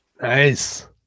Nice